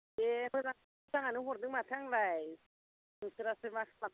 ए मोजांखोनो हरदों माथो आंलाय नोंसोरासो मा खालामदों